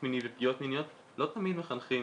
מיני ופגיעות מיניות לא תמיד מחנכים